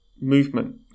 movement